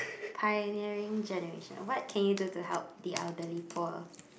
pioneering generation what can you do to help the elderly poor